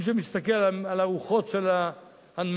מי שמסתכל על הרוחות המנשבות,